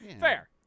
Fair